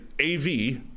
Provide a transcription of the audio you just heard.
AV